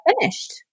finished